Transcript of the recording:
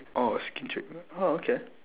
orh skin treatment orh okay